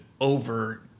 over